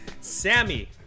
Sammy